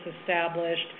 established